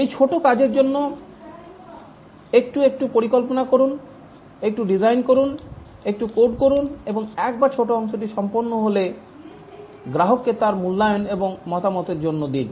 এই ছোট কাজের জন্য একটু পরিকল্পনা করুন একটু ডিজাইন করুন একটু কোড করুন এবং একবার ছোট অংশটি সম্পন্ন হলে গ্রাহককে তার মূল্যায়ন এবং মতামতের জন্য দিন